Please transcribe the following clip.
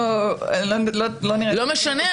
את עכשיו באה עם הצעה שלא קשורה לחוק.